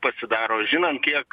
pasidaro žinan kiek